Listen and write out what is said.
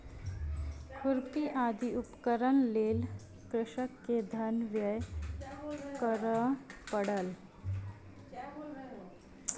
खुरपी आदि उपकरणक लेल कृषक के धन व्यय करअ पड़लै